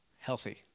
healthy